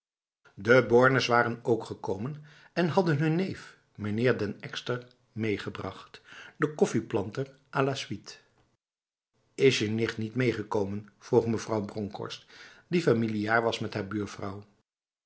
de bornes waren ook gekomen en hadden hun neef meneer den ekster meegebracht de koffieplanter a la suite is je nicht niet meegekomen vroeg mevrouw bronkhorst die familiaar was met haar buurvrouw